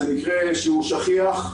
זה מקרה שהוא שכיח.